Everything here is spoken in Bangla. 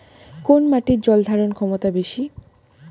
কোন মাটির জল ধারণ ক্ষমতা বেশি?